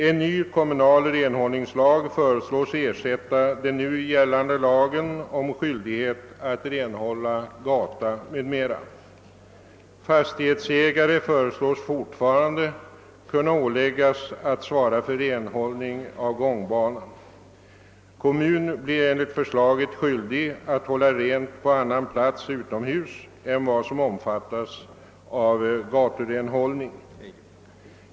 En ny kommunal renhållningslag föreslås ersätta den nu gällande lagen om skyldighet att renhålla gata m.m. Fastighetsägare . föreslås fortfarande kunna åläggas att svara för renhållning av gångbana. Kommunen blir enligt förslaget skyldig att hålla rent på annan plats utomhus än som omfattas av gaturenhållning.